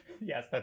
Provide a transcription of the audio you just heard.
Yes